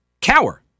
cower